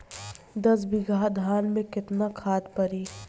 दस बिघा धान मे केतना खाद परी?